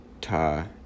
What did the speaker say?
ta